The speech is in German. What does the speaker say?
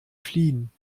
fliehen